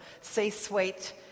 C-suite